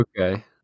okay